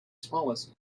smallest